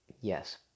Yes